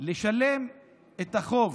לשלם את החוב.